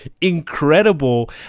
incredible